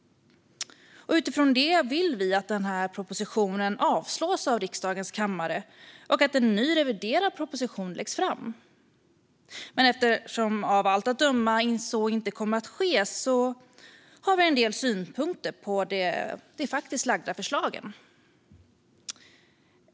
Utifrån det vill vi att denna proposition avslås av riksdagens kammare och att en ny, reviderad proposition läggs fram. Men eftersom detta av allt att döma inte kommer att ske har vi en del synpunkter på det faktiskt framlagda förslaget.